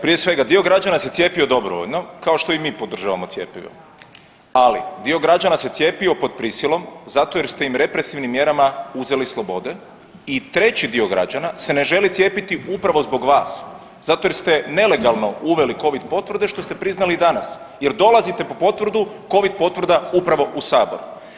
Prije svega dio građana se cijepio dobrovoljno, kao što i mi podržavamo cjepivo, ali dio građana se cijepio pod prisilom zato jer ste im represivnim mjerama uzeli slobode i treći dio građana se ne želi cijepiti upravo zbog vas zato jer ste nelegalno uveli Covid potvrde što ste priznali i danas jer dolazite po Covid potvrdu Covid potvrda upravo u sabor.